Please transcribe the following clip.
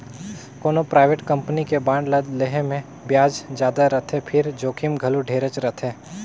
कोनो private company के bond ल लेहे मे बियाज जादा रथे फिर जोखिम घलो ढेरेच रथे